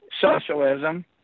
socialism